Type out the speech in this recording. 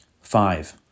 Five